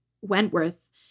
Wentworth